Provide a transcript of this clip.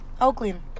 Oakland